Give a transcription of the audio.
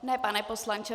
Ne, pane poslanče.